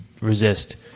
resist